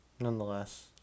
Nonetheless